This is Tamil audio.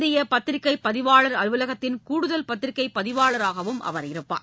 இந்திய பத்திரிக்கை பதிவாளர் அலுவலகத்தின் கூடுதல் பத்திரிக்கை பதிவாளராகவும் அவர் இருப்பார்